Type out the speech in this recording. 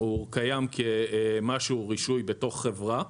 הוא קיים כמשהו, רישוי, בתוך חברה.